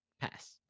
pass